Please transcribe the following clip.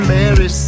Mary